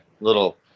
little